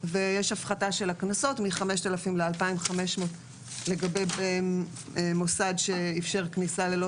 ויש הפחתה של הקנסות מ-5,000 ₪ ל-2,500 ₪ לגבי מוסד שאפשר כניסה ללא